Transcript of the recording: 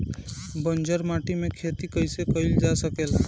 बंजर माटी में खेती कईसे कईल जा सकेला?